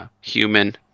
Human